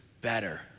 better